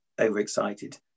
overexcited